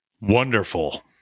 Wonderful